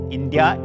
India